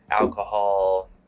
alcohol